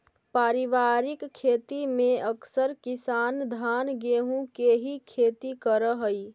पारिवारिक खेती में अकसर किसान धान गेहूँ के ही खेती करऽ हइ